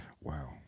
Wow